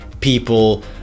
people